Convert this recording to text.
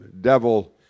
devil